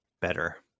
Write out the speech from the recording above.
better